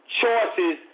choices